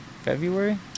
February